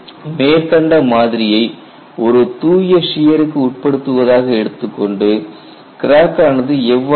மேற்கண்ட மாதிரியை ஒரு தூய சியருக்கு உட்படுத்துவதாக எடுத்துக்கொண்டு கிராக் ஆனது எவ்வாறு வளரும்